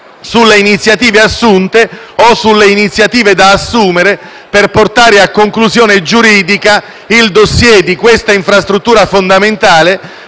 sulle iniziative assunte o da assumere per portare a conclusione giuridica il *dossier* di quest'infrastruttura fondamentale,